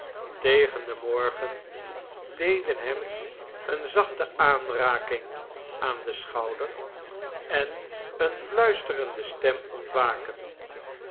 tegen den morgen deden hem een zachte aanraking aan den schouder en een fluisterende stem ontwaken